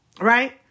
right